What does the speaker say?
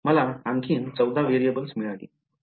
मला आणखी 14 व्हेरिएबल्स मिळाली